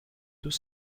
deux